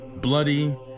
bloody